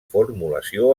formulació